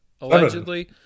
allegedly